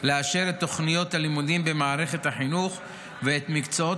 לאשר את תוכניות הלימודים במערכת החינוך ואת מקצועות